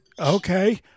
Okay